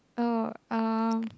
oh um